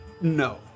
No